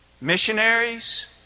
missionaries